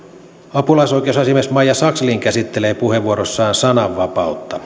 apulaisoikeusasiamies maija sakslin käsittelee puheenvuorossaan sananvapautta